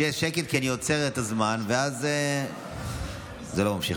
שיהיה שקט כי אני עוצר את הזמן ואז זה לא ממשיך.